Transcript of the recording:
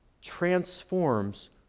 transforms